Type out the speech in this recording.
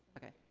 okay.